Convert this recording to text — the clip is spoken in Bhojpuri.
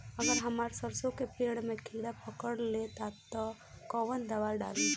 अगर हमार सरसो के पेड़ में किड़ा पकड़ ले ता तऽ कवन दावा डालि?